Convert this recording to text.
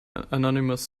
anonymous